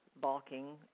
balking